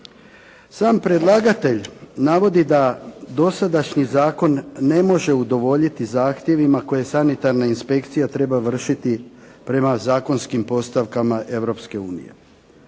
Sam predlagatelj navodi da dosadašnji zakon ne može udovoljiti zahtjevima koje sanitarna inspekcija treba vršiti prema zakonskim postavkama